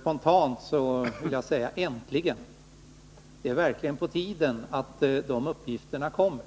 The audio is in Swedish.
Spontant vill jag säga: Äntligen. Det är verkligen på tiden att de uppgifterna kommer.